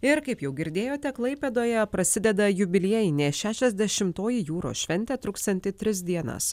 ir kaip jau girdėjote klaipėdoje prasideda jubiliejinė šešiasdešimtoji jūros šventė truksianti tris dienas